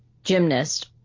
Gymnast